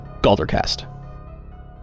Galdercast